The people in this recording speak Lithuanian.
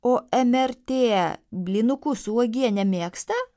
o mrt blynukus su uogiene mėgsta